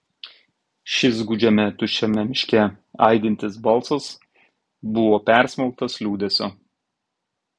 šis gūdžiame tuščiame miške aidintis balsas buvo persmelktas liūdesio